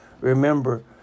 Remember